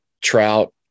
trout